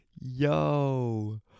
Yo